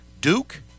Duke